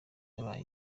yabaye